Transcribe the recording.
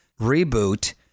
reboot